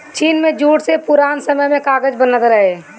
चीन में जूट से पुरान समय में कागज बनत रहे